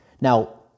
Now